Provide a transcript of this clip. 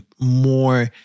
more